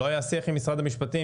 לא היה שיח עם משרד המשפטים,